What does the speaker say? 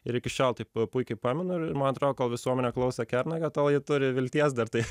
ir iki šiol taip puikiai pamenu ir man atrodo kol visuomenė klausia kernagio tol ji turi vilties dar tai